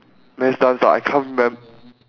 mass dance ah I can't remem~